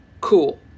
Cool